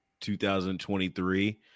2023